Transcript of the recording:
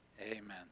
amen